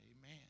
Amen